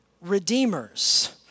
redeemers